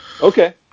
Okay